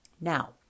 Now